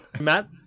Matt